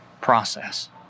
process